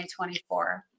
2024